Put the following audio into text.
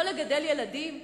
לא לגדל ילדים?